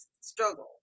struggle